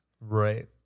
Right